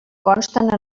consten